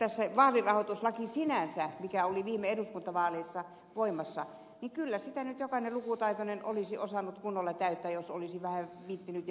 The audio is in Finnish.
tämä vaalirahoituslaki sinänsä mikä oli viime eduskuntavaaleissa voimassa ei ole oleellinen asia kyllä sitä nyt jokainen lukutaitoinen olisi osannut vaalirahailmoituksen kunnolla täyttää jos olisi vähän viitsinyt ja vaivautunut